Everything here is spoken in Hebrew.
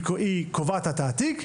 היא קובעת את התעתיק,